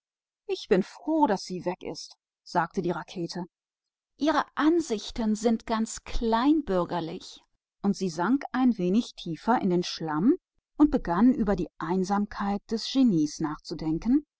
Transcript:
ich bin froh daß sie fort ist sagte sich die rakete sie hat entschieden was kleinbürgerliches und sie sank noch ein bißchen tiefer in den schlamm und begann über die einsamkeit des genies nachzudenken